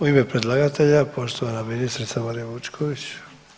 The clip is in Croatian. U ime predlagatelja poštovana ministrica Marija Vučković.